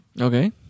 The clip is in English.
Okay